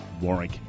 Warwick